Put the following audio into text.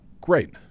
Great